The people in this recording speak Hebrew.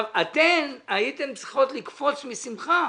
אתן הייתן צריכות לקפוץ משמחה.